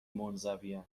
منزوین